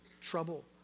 trouble